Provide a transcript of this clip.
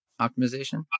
optimization